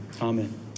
Amen